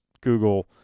Google